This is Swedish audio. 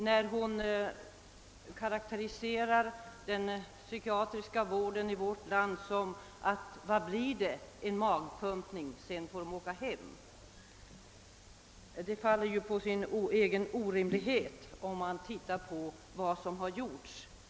Fru Anér karakteriserade den psykiatriska vården av självmordsfall i vårt land genom att säga, att det blir magpumpning och sedan får patienten åka hem igen. Detta påstående faller på sin egen orimlighet, om man ser till vad som har gjorts.